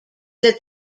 that